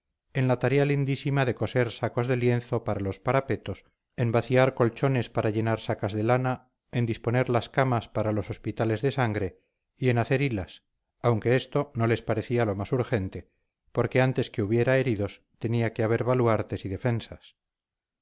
en la tarea lindísima de coser sacos de lienzo para los parapetos en vaciar colchones para llenar sacas de lana en disponer las camas para los hospitales de sangre y en hacer hilas aunque esto no les parecía lo más urgente porque antes que hubiera heridos tenía que haber baluartes y defensas